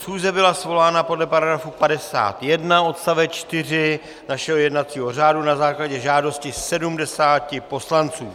Schůze byla svolána podle § 51 odst. 4 našeho jednacího řádu na základě žádosti 70 poslanců.